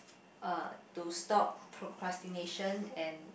uh to stop procrastination and